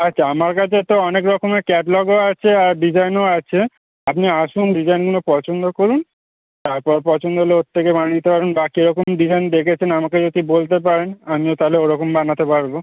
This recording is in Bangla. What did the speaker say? আচ্ছা আমার কাছে তো অনেক রকমের ক্যাটলগও আছে আর ডিজাইনও আছে আপনি আসুন ডিজাইনগুনো পছন্দ করুন তারপর পছন্দ হলে ওর থেকে বানিয়ে নিতে পারবেন বা কেরকম ডিজাইন দেখেছেন আমাকে যদি বলতে পারেন আমিও তাহলে ওরকম বানাতে পারবো